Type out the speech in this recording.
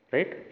Right